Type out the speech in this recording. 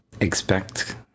expect